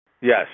Yes